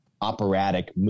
Operatic